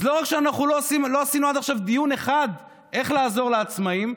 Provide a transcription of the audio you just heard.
אז לא רק שאנחנו לא עשינו עד עכשיו דיון אחד איך לעזור לעצמאים,